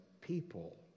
people